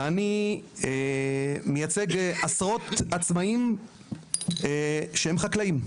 ואני מייצג עשרות עצמאים שהם חקלאים.